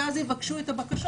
ואז יבקשו את הבקשות.